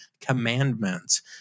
Commandments